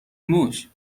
موش